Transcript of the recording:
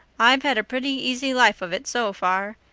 i've had a pretty easy life of it so far,